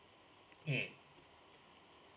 mm